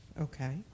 Okay